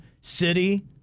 city